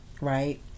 right